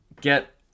get